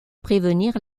prévenir